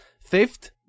fifth